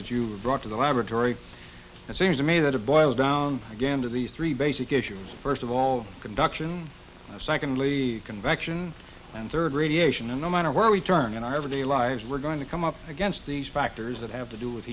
that you brought to the laboratory it seems to me that a boils down again to the three basic issues first of all conduction secondly convection and third radiation and no matter where we turn in our everyday lives we're going to come up against these factors that have to do with